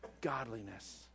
godliness